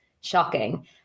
shocking